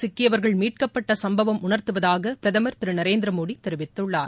சிக்கியவர்கள் மீட்கப்பட்டசும்பவம் உணர்த்துவதாகபிரதமர் திருநரேந்திரமோடிதெரிவித்துள்ளார்